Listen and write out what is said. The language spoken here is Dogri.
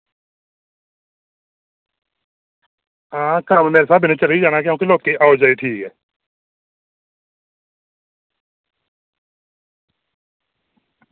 ते आं कम्म मेरे स्हाबै चली गै जाना क्योंकि लोकें दी आओ जाई बड़ी ऐ